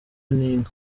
n’inka